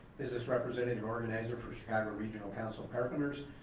business representative organizer for chicago regional council of carpenters,